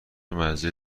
مزه